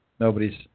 Nobody's